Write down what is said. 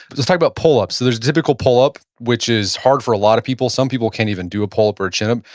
but let's talk about pull-ups. so, there's the typical pull-up, which is hard for a lot of people. some people can't even do a pull-up or a chin-up.